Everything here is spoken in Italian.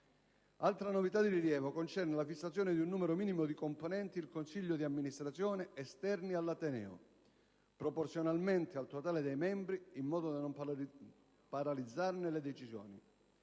Altra novità di rilievo concerne la fissazione di un numero minimo di componenti il consiglio di amministrazione esterni all'ateneo, proporzionalmente al totale dei membri, in modo da non paralizzarne le decisioni;